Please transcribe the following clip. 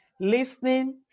listening